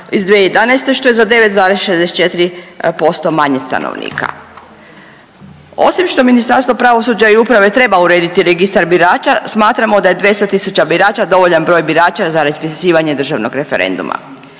iz 2011., što je za 9,64% manje stanovnika. Osim što Ministarstvo pravosuđa i uprave treba urediti registar birača smatramo da je 200 tisuća birača dovoljan broj birača za raspisivanje državnog referenduma.